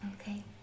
Okay